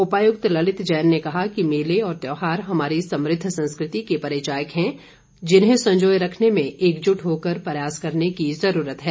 उपायुक्त ललित जैन ने कहा कि मेले और त्यौहार हमारी समृद्ध संस्कृति के परिचायक हैं और जिन्हें संजोए रखने में एकजुट होकर प्रयास करने की जरूरत है